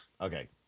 Okay